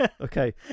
Okay